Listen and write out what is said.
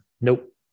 nope